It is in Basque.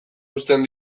uzten